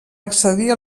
accedir